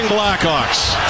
Blackhawks